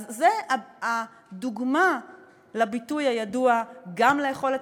אז זו הדוגמה לביטוי הידוע: גם לאכול את